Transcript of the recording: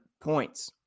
points